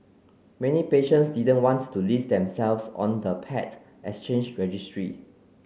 many patients didn't wants to list themselves on the paired exchange registry